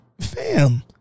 fam